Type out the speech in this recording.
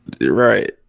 Right